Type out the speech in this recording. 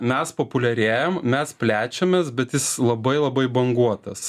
mes populiarėjam mes plečiamės bet jis labai labai banguotas